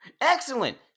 excellent